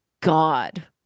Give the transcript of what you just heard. God